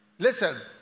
Listen